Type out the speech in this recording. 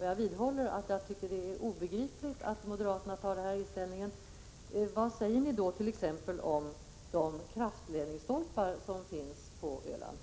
Jag vidhåller att jag tycker det är obegripligt att moderaterna har denna inställning. Vad säger nit.ex. om de kraftledningsstolpar som finns på Öland?